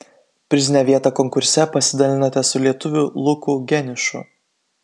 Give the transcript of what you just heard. prizinę vietą konkurse pasidalinote su lietuviu luku geniušu